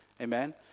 amen